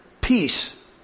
peace